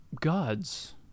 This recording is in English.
gods